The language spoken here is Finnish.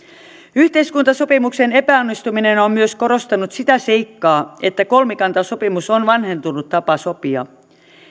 yhteiskuntasopimuksen epäonnistuminen on myös korostanut sitä seikkaa että kolmikantasopimus on vanhentunut tapa sopia